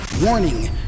Warning